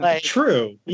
True